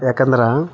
ಯಾಕೆಂದ್ರೆ